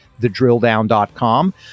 thedrilldown.com